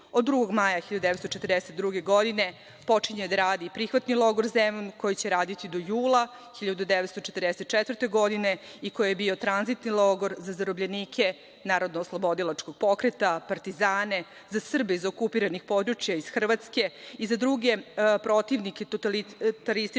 Od 2. maja 1942. godine počinje da radi prihvatni logor Zemun koji će raditi do jula 1944. godine i koji je bio tranzitni logor za zarobljenike narodnooslobodilačkog pokreta, partizane i Srbe iz okupiranih područja, Hrvatske i za druge protivnike totalitarističkih